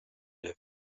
der